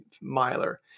miler